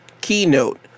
Keynote